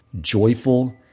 joyful